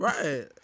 Right